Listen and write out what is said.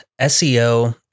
SEO